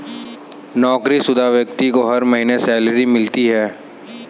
नौकरीशुदा व्यक्ति को हर महीने सैलरी मिलती है